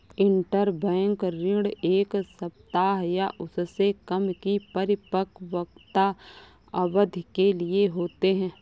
interbank ऋण एक सप्ताह या उससे कम की परिपक्वता अवधि के लिए होते हैं